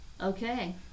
Okay